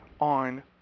on